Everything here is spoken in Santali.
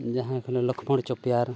ᱡᱟᱦᱟᱸ ᱠᱟᱱᱟ ᱞᱚᱠᱠᱷᱚᱱ ᱪᱚᱯᱮᱭᱟᱨ